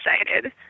excited